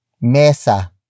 mesa